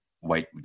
white